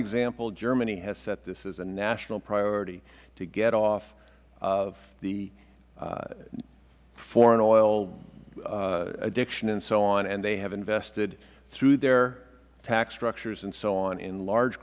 example germany has set this as a national priority to get off of the foreign oil addiction and so on and they have invested through their tax structures and so on in large